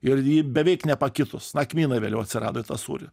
ir ji beveik nepakitus na kmynai vėliau atsirado į tą sūrį